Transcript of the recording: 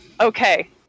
Okay